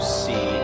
see